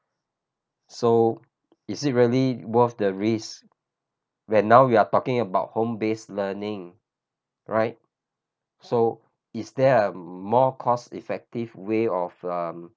so is it really worth the risk when now we are talking about home base learning right so is there a more cost effective way of um